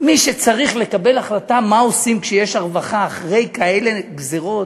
מי שצריך לקבל החלטה מה עושים כשיש רווחה אחרי כאלה גזירות